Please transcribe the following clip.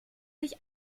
sich